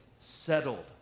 settled